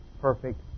perfect